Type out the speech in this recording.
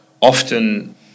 often